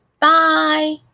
Bye